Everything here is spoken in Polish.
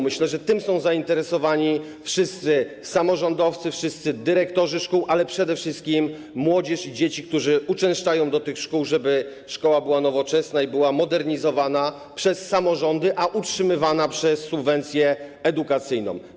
Myślę, że tym są zainteresowani wszyscy samorządowcy, wszyscy dyrektorzy szkół, ale przede wszystkim młodzież i dzieci, które uczęszczają do tych szkół - tym, żeby szkoła była nowoczesna i była modernizowana przez samorządy, a utrzymywana przez subwencję edukacyjną.